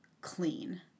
clean